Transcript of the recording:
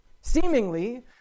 seemingly